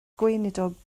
gweinidog